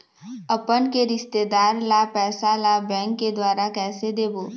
अपन के रिश्तेदार ला पैसा ला बैंक के द्वारा कैसे देबो?